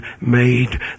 made